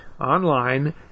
online